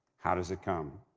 how does it come?